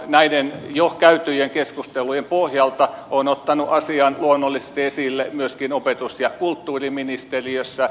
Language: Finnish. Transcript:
näiden jo käytyjen keskustelujen pohjalta olen ottanut asian luonnollisesti esille myöskin opetus ja kulttuuriministeriössä